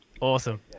Awesome